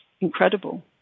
incredible